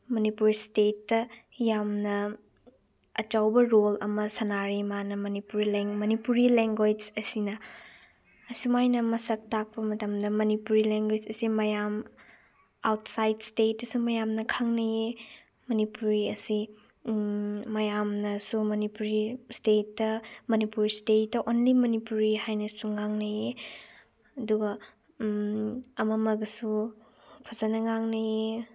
ꯃꯅꯤꯄꯨꯔ ꯏꯁꯇꯦꯠꯇ ꯌꯥꯝꯅ ꯑꯆꯧꯕ ꯔꯣꯜ ꯑꯃ ꯁꯥꯟꯅꯔꯤ ꯃꯥꯅ ꯃꯅꯤꯄꯨꯔꯤ ꯃꯅꯤꯄꯨꯔꯤ ꯂꯦꯡꯒ꯭ꯋꯦꯁ ꯑꯁꯤꯅ ꯑꯁꯨꯃꯥꯏꯅ ꯃꯁꯛ ꯇꯥꯛꯄ ꯃꯇꯝꯗ ꯃꯅꯤꯄꯨꯔꯤ ꯂꯦꯡꯒ꯭ꯋꯦꯁ ꯑꯁꯤ ꯃꯌꯥꯝ ꯑꯥꯎꯠꯁꯥꯏꯠ ꯏꯁꯇꯦꯠꯇꯁꯨ ꯃꯌꯥꯝꯅ ꯈꯪꯅꯩꯌꯦ ꯃꯅꯤꯄꯨꯔꯤ ꯑꯁꯤ ꯃꯌꯥꯝꯅꯁꯨ ꯃꯅꯤꯄꯨꯔꯤ ꯏꯁꯇꯦꯠꯇ ꯃꯅꯤꯄꯨꯔꯤ ꯏꯁꯇꯦꯠꯇ ꯑꯣꯟꯂꯤ ꯃꯅꯤꯄꯨꯔꯤ ꯍꯥꯏꯅꯁꯨ ꯉꯥꯡꯅꯩꯌꯦ ꯑꯗꯨꯒ ꯑꯃꯃꯒꯁꯨ ꯐꯖꯅ ꯉꯥꯡꯅꯩꯌꯦ